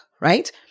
right